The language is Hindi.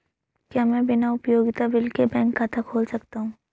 क्या मैं बिना उपयोगिता बिल के बैंक खाता खोल सकता हूँ?